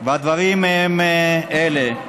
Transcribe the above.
והדברים הם אלה: